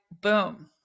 boom